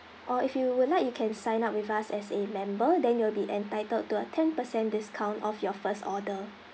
or if you would like you can sign up with us as a member then you will be entitled to a ten percent discount off your first order